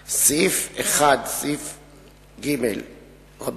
1. מדוע הוא לא שוחרר על אף חוות הדעת של השב"כ?